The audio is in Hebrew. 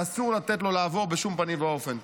שאסור לתת לו לעבור בשום פנים ואופן.